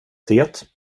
det